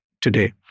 today